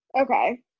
Okay